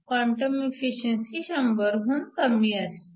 quantum efficiency 100 हुन कमी असते